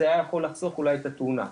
זה יכול היה לחסוך אולי את התאונה.